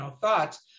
thoughts